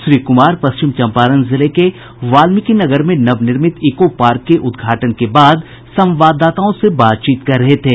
श्री कुमार पश्चिम चंपारण जिले के वाल्मीकिनगर में नवनिर्मित इको पार्क के उद्घाटन के बाद संवाददाताओं से बातचीत कर रहे थे